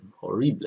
horrible